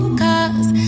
cause